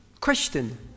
question